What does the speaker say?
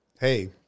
hey